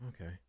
Okay